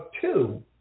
two